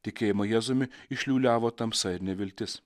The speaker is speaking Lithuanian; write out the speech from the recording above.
tikėjimą jėzumi išliūliavo tamsa ir neviltis